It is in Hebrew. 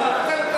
אז לכן,